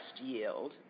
yield